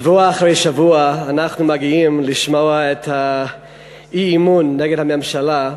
שבוע אחרי שבוע אנחנו מגיעים לשמוע את האי-אמון נגד הממשלה,